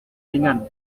ringan